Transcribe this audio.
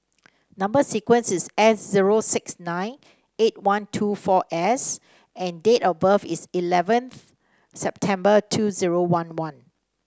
number sequence is S zero six nine eight one two four S and date of birth is eleventh September two zero one one